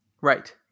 Right